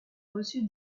reçu